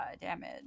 damage